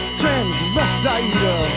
transvestite